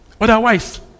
Otherwise